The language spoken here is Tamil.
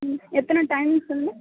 ம் எத்தனை டைம் சொல்